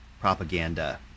propaganda